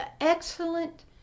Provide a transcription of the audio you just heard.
excellent